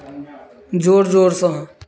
जोर जोरसँ